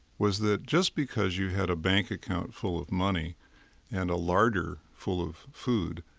was that just because you had a bank account full of money and a larder full of food,